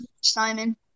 Simon